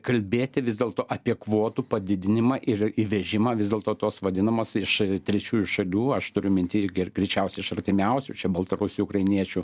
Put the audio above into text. kalbėti vis dėlto apie kvotų padidinimą ir įvežimą vis dėlto tos vadinamos iš trečiųjų šalių aš turiu minty ir greičiausiai iš artimiausių čia baltarusių ukrainiečių